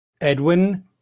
Edwin